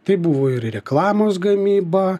tai buvo ir reklamos gamyba